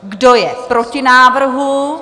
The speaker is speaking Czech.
Kdo je proti návrhu?